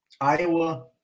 Iowa